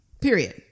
Period